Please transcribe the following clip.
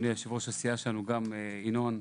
ינון,